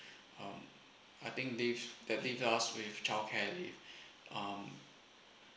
um I think this that leave us with childcare leave um